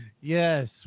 Yes